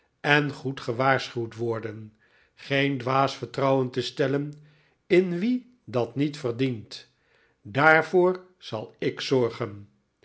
en goed gewaarschuwd worden geen dwaas vertrouwen te stellen in wie dat niet verdient daarvoor zal ik zorgen